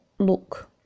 look